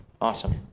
Awesome